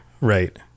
Right